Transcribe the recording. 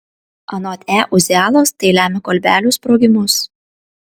anot e uzialos tai lemia kolbelių sprogimus